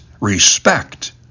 respect